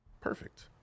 perfect